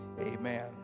Amen